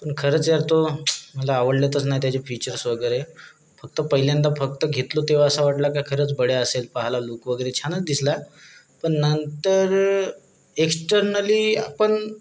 पण खरंच यार तो मला आवडलेतच नाही त्याचे फीचर्स वगैरे फक्त पहिल्यांदा फक्त घेतलो तेव्हा असा वाटला का खरंच बढिया असेल पाहायला लुक वगैरे छानच दिसला पण नंतर एक्स्टर्नली आपण